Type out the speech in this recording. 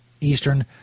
Eastern